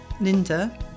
linda